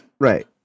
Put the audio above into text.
Right